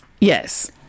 yes